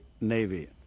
navy